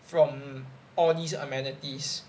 from all these amenities